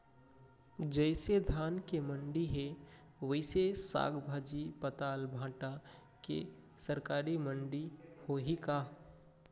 जइसे धान के मंडी हे, वइसने साग, भाजी, पताल, भाटा के सरकारी मंडी होही का?